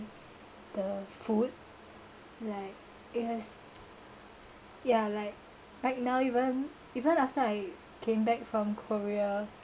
the food like it has ya like right now even even after I came back from korea